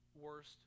worst